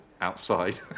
outside